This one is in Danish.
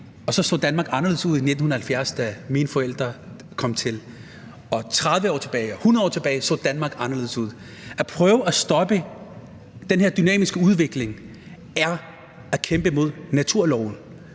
dag, og Danmark så anderledes ud i 1970, da mine forældre kom hertil, og 30 år tilbage og 100 år tilbage så Danmark anderledes ud. At prøve at stoppe den her dynamiske udvikling er at kæmpe imod naturloven.